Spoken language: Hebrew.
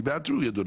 אני בעד שהוא ידון,